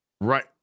Right